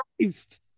Christ